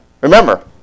Remember